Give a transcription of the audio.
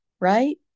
right